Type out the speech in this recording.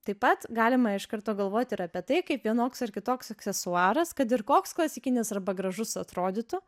taip pat galima iš karto galvot ir apie tai kaip vienoks ar kitoks aksesuaras kad ir koks klasikinis arba gražus atrodytų